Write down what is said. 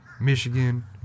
Michigan